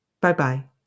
Bye-bye